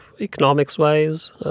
economics-wise